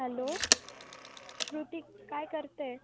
hello Shruti काय करते आहे